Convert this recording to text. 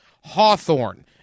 Hawthorne